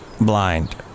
blind